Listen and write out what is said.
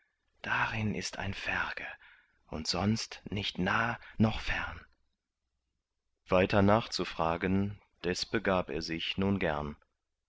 darin ist eine ferge und sonst nicht nah noch fern weiter nachzufragen des begab er nun sich gern